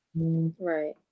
right